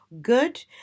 good